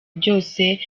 byose